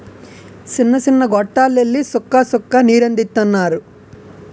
సిన్న సిన్న గొట్టాల్లెల్లి సుక్క సుక్క నీరందిత్తన్నారు